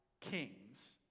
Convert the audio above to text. kings